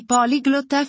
Polyglot